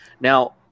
Now